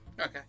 Okay